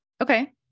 Okay